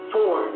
Four